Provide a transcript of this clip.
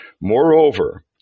Moreover